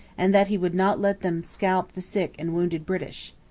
and that he would not let them scalp the sick and wounded british.